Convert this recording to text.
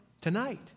tonight